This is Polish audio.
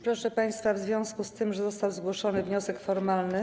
Proszę państwa, w związku z tym, że został zgłoszony wniosek formalny.